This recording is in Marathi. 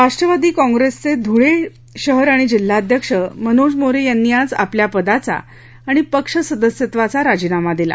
राष्ट्रवादी काँप्रेसचे धुळे शहर आणि जिल्हाध्यक्ष मनोज मोरे यांनी आज आपल्या पदाचा आणि पक्ष सदस्यत्वाचा राजीनामा दिला